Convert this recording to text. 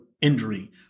injury